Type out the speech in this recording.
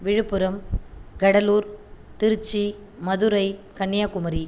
Villupuram Cuddalore Trichy Madurai Kanyakumari